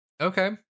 Okay